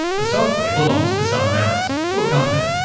the software belongs to someone else. to a company.